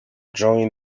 join